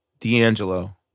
D'Angelo